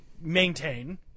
maintain